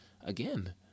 again